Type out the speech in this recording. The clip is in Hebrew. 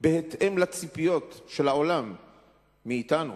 בהתאם לציפיות של העולם מאתנו,